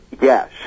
Yes